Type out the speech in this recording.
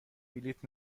بلیط